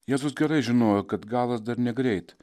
jėzus gerai žinojo kad galas dar negreit